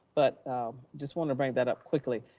but just want to bring that up quickly,